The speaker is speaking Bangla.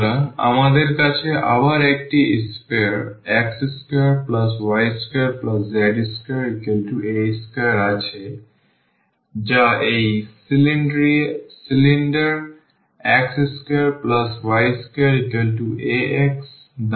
সুতরাং আমাদের কাছে আবার একটি sphere x2y2z2a2 আছে যা এই সিলিন্ডার x2y2ax দ্বারা কেটে ফেলা হয়